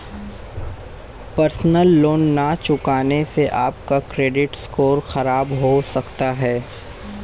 personal loan न चुकाने से आप का क्रेडिट स्कोर खराब हो सकता है